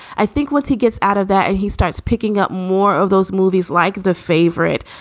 i think once he gets out of that and he starts picking up more of those movies like the favorite,